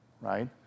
right